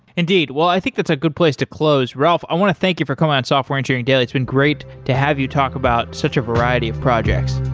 indeed. well, i think that's a good place to close. ralph, i want to thank you for coming on software engineering daily. it's been great to have you talk about such a variety of projects.